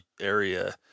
area